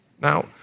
Now